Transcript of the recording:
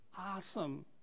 awesome